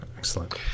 Excellent